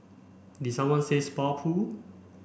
did someone say spa pool